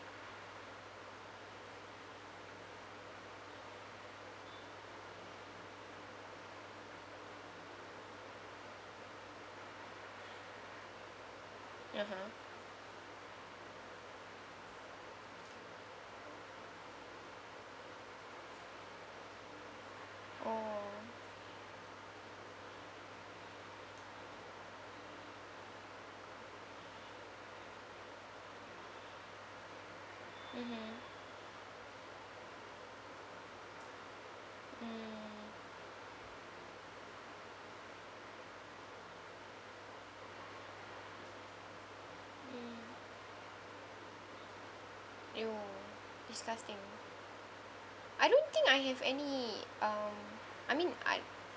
(uh huh) oh mmhmm mm mm !aiyo! disgusting I don't think I have any um I mean I